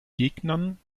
gegnern